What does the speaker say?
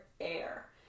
air